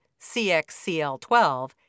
CXCL12